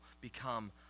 become